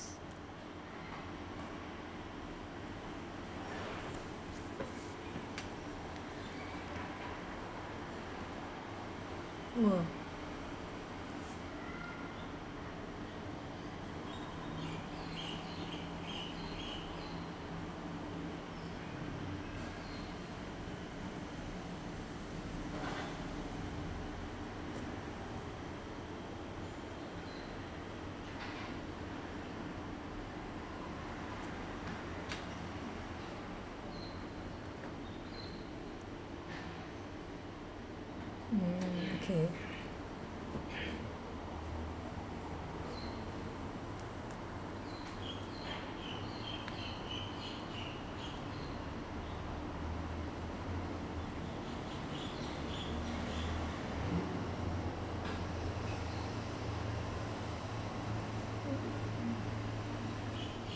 !whoa! mm okay